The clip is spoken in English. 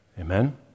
Amen